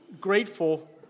grateful